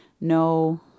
No